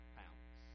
pounds